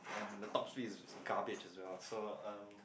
and the top speed is garbage as well so um